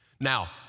Now